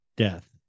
Death